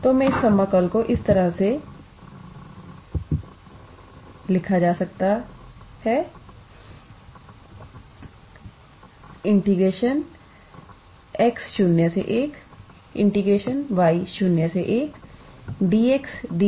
तो मैं इस समाकल को इस तरह से लिख सकती हूं x01y01 𝑑𝑥𝑑𝑦𝑥𝑦1 2